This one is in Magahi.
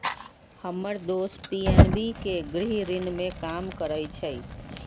हम्मर दोस पी.एन.बी के गृह ऋण में काम करइ छई